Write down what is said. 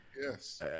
yes